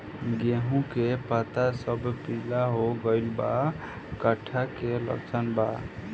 गेहूं के पता सब पीला हो गइल बा कट्ठा के लक्षण बा?